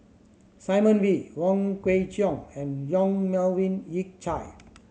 Simon Wee Wong Kwei Cheong and Yong Melvin Yik Chye